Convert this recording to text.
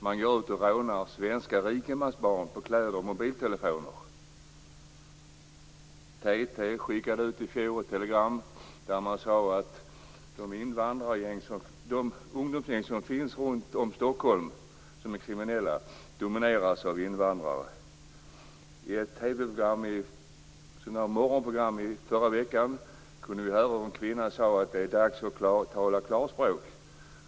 Man rånar svenska rikemansbarn på kläder och mobiltelefoner. I fjol skickade TT ut ett telegram där man säger att de ungdomsgäng som finns runtom Stockholm och som är kriminella domineras av invandrare. I ett morgonprogram i TV förra veckan kunde vi höra en kvinna säga att det är dags att tala klarspråk.